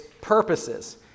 purposes